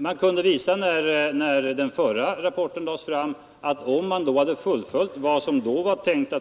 Man kunde visa, när den förra rapporten lades fram, att om å skulle detta ha kostat de utflyttningar